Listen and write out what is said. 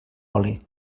oli